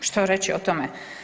Što reći o tome?